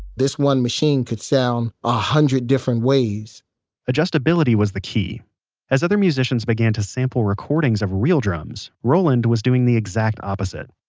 this one machine could sound a hundred different ways adjustability was the key as other machines began to sample recordings of real drums, roland was doing the exact opposite.